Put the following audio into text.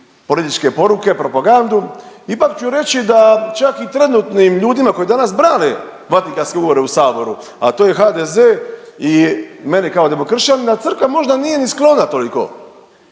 političke poruke, propagandu, ipak ću reći da čak i trenutnim ljudima koji danas brane Vatikanske ugovore u saboru, a to je HDZ i meni kao demokršćanina, crkva možda nije ni sklona toliko,